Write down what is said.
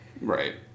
right